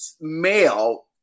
male